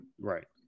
Right